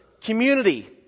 community